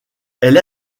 elle